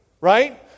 right